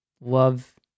Love